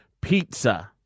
Pizza